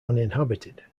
uninhabited